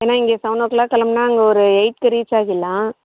ஏன்னால் இங்கே seven o'clock கிளம்புனா அங்கே ஒரு எயிட்க்கு ரீச் ஆகிடலாம்